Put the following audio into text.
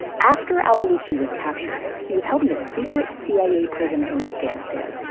after al-baluchi was captured, he was held in a secret cia prison in afghanistan.